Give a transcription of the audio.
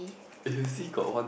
if you see got one